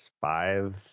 five